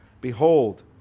Behold